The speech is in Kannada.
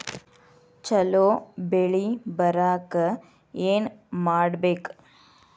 ಛಲೋ ಬೆಳಿ ಬರಾಕ ಏನ್ ಮಾಡ್ಬೇಕ್?